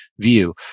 view